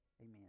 Amen